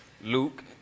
Luke